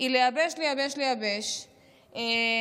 היא לייבש לייבש לייבש ופשוט